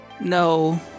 No